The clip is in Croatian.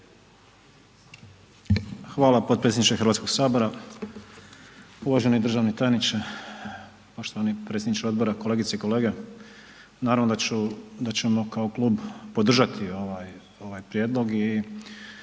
Hvala potpredsjedniče Hrvatskog sabora, uvaženi državni tajniče, poštovani predsjedniče odbora, kolegice i kolege. Naravno da ćemo kao klub podržati ovaj prijedlog